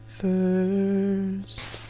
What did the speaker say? first